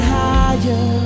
higher